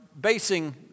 basing